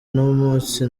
n’umunsi